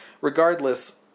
Regardless